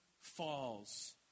falls